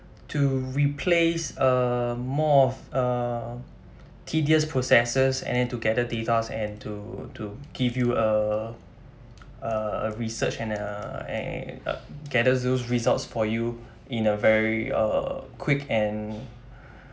to replace a more of a tedious processes and then to gather datas and to to give you a a research and uh and uh gather those results for you in a very err quick and